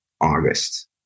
August